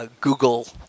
Google